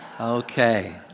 Okay